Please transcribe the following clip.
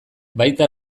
baita